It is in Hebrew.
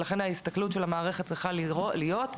לכן ההסתכלות של המערכת צריכה להיות על הילד,